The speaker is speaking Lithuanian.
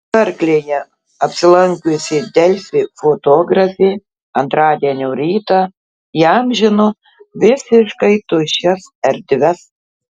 karklėje apsilankiusi delfi fotografė antradienio rytą įamžino visiškai tuščias erdves